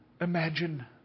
imagine